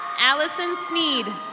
alison smeed.